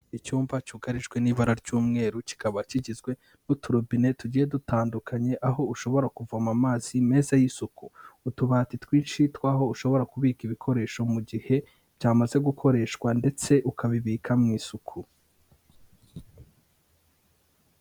Icyumba cyugarijwe n'ibara ry'umweru kikaba kigizwe n'uturobine tugiye dutandukanye, aho ushobora kuvoma amazi meza y'isuku, utubati twinshi tw'aho ushobora kubika ibikoresho mu gihe byamaze gukoreshwa ndetse ukabibika mu isuku.